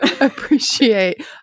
appreciate